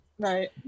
Right